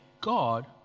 God